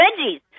veggies